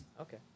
Okay